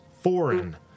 Foreign